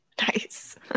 nice